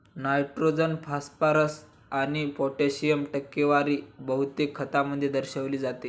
nitrogen, phosphorus आणि पोटॅशियमची टक्केवारी बहुतेक खतांमध्ये दर्शविली जाते